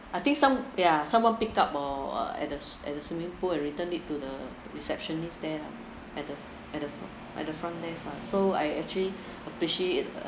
I think some ya someone picked up or at the at the swimming pool and returned it to the receptionist there lah at the at the at the front desk lah so I actually appreciate